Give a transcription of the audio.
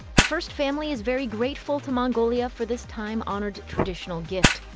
the first family is very grateful to mongolia for this time-honored traditional gift.